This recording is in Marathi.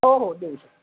हो हो देऊ शकतो